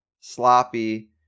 sloppy